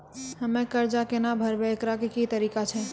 हम्मय कर्जा केना भरबै, एकरऽ की तरीका छै?